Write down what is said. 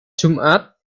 jumat